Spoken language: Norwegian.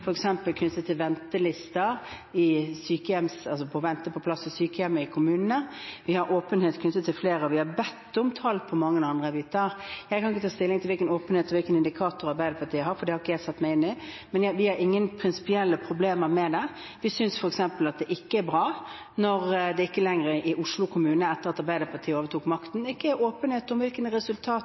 knyttet til ventelister for plass i sykehjem i kommunene, vi har åpenhet knyttet til flere, og vi har bedt om tall på mange andre biter. Jeg kan ikke ta stilling til hvilken åpenhet og hvilke indikatorer Arbeiderpartiet har, for det har jeg ikke satt meg inn i, men vi har ingen prinsipielle problemer med det. Vi synes f.eks. at det ikke er bra når det i Oslo kommune, etter at Arbeiderpartiet overtok makten, ikke lenger er åpenhet om hvilke